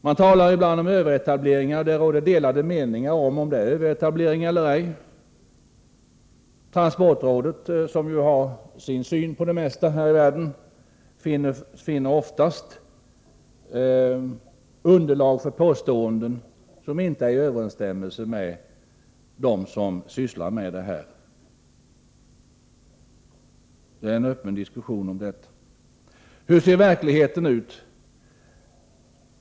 Man talar ibland om överetableringar. Det råder ju delade meningar om huruvida det föreligger överetableringar eller ej. Transportrådet, som ju har sin egenartade syn på det mesta här i världen, finner ofta underlag för påståenden som inte biträds av dem som arbetar inom dessa yrken. Det är en öppen diskussion om detta. Hur ser verkligheten ut?